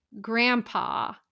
grandpa